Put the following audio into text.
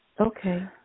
Okay